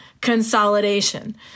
consolidation